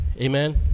Amen